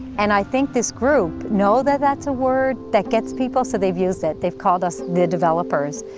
and i think this group know that that's a word that gets people so they've used it, they've called us the developers.